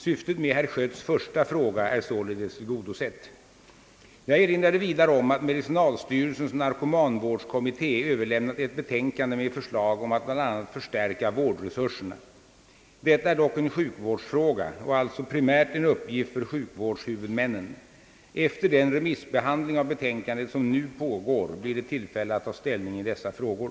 Syftet med herr Schötts första fråga är således tillgodosett. Jag erinrade vidare om att medicinalstyrelsens narkomanvårdskommitté överlämnat ett betänkande med förslag om att bl.a. förstärka vårdresurserna. Detta är dock en sjukvårdsfråga och alltså primärt en uppgift för sjukvårdshuvudmännen. Efter den remissbehandling av betänkandet som nu pågår blir det tillfälle att ta ställning i dessa frågor.